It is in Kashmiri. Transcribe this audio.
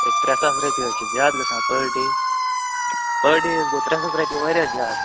اے ترٛےٚ ساس رۄپیہِ حظ چھِ زیادٕ گژھان پٔر ڈے پٔر ڈے حظ گوٚو ترٛےٚ ساس رۄپیہِ واریاہ زیادٕ